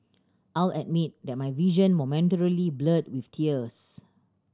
I'll admit that my vision momentarily blurred with tears